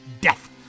death